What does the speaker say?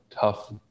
tough